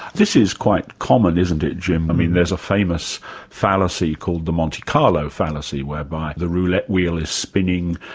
this is quite common, isn't it, jim? i mean, there's a famous fallacy called the monte carlo fallacy whereby the roulette wheel is spinning,